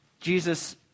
Jesus